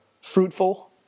fruitful